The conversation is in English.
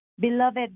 Beloved